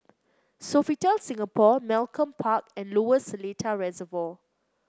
Sofitel Singapore Malcolm Park and Lower Seletar Reservoir